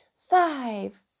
five